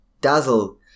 dazzle